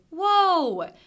whoa